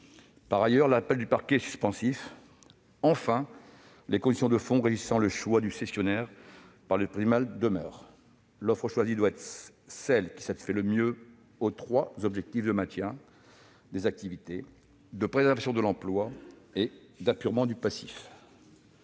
Dans ce cas, l'appel du parquet est suspensif. Enfin, les conditions de fond régissant le choix du cessionnaire par le tribunal demeurent : l'offre choisie doit être celle qui satisfait le mieux aux trois objectifs de maintien des activités, de préservation des emplois et d'apurement du passif.